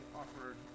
offered